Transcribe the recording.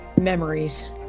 memories